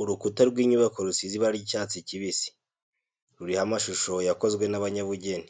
Urukuta rw'inyubako rusize ibara ry'icyatsi kibisi, ruriho amashusho yakozwe n'abanyabugeni.